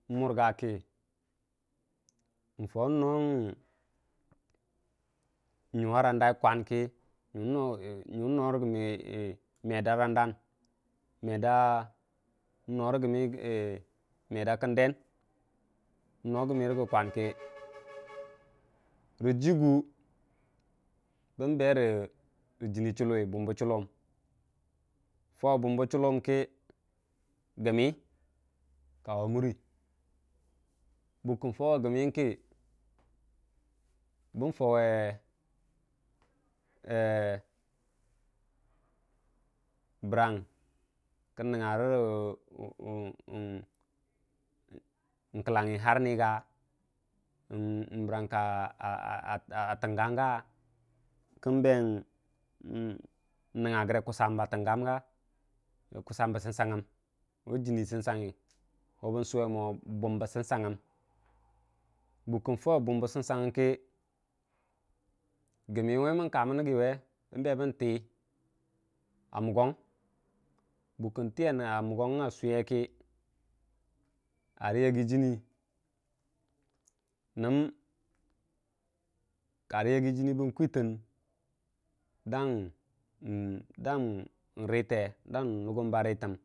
n'murga ki fau nong nyuwa hwan kə mer da kənde hiin. Rəjigu bən be rə jənni chulluwi fau bwum bə chulum kə gənmi kowa murə bukkə kən fawe gəmmi kə kən berə kəllangugi harni ga nbər rang ka təngugan kussam bə sənsangəm ko bən suwe mo bum bə sənsanggəm, bən fauwe bum be sənsanggəm kə gəmmi we mən kamən nəggə we bən tə a muggon buk kən tə a muggon a suye kə ka rə yaggi jənni nəb bən kwitən dan rəte dang dang lugum ba ritəm.